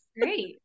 great